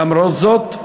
למרות זאת לרשותך,